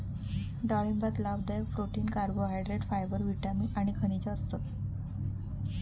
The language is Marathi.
डाळिंबात लाभदायक प्रोटीन, कार्बोहायड्रेट, फायबर, विटामिन आणि खनिजा असतत